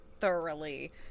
thoroughly